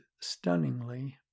stunningly